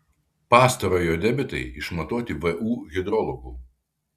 pastarojo debitai išmatuoti vu hidrologų